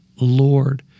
Lord